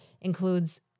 includes